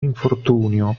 infortunio